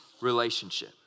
relationship